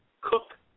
Cook